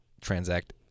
transact